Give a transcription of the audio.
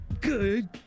Good